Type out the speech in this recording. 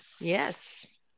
yes